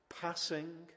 passing